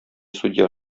судья